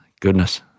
Goodness